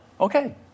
okay